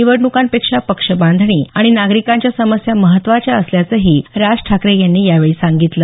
निवडणुकांपेक्षा पक्ष बांधणी आणि नागरिकांच्या समस्या महत्वाच्या असल्याचंही राज ठाकरे यांनी यावेळी म्हटलं